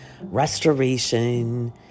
restoration